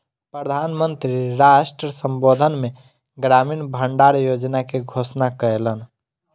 प्रधान मंत्री राष्ट्र संबोधन मे ग्रामीण भण्डार योजना के घोषणा कयलैन